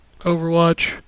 Overwatch